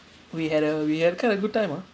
we had a we had a kind of good time ah